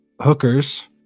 hookers